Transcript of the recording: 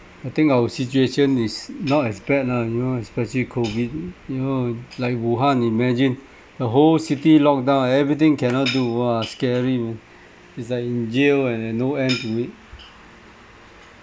I think our situation is not as bad ah you know especially COVID you know like wuhan imagine the whole city locked down everything cannot do !wah! scary man it's like in jail and there's no end to it